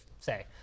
say